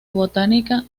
botánica